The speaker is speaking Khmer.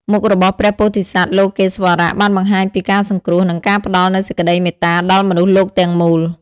មុខរបស់ព្រះពោធិសត្វលោកេស្វរៈបានបង្ហាញពីការសង្គ្រោះ និងការផ្តល់នូវសេចក្តីមេត្តាដល់មនុស្សលោកទាំងមូល។